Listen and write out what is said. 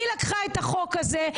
היא לקחה את החוק הזה,